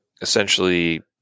essentially